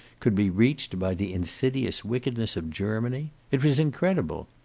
could be reached by the insidious wickedness of germany? it was incredible.